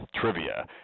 trivia